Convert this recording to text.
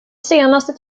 senaste